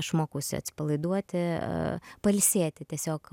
išmokusi atsipalaiduoti pailsėti tiesiog